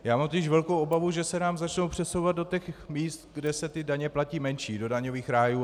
Já mám totiž velkou obavu, že se nám začnou přesouvat do těch míst, kde se ty daně platí menší, do daňových rájů.